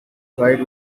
tried